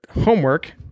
homework